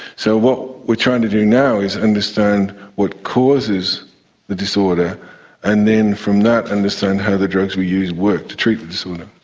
so what we're trying to do now is understand what causes the disorder and then from that understand how the drugs we use work to treat the disorder.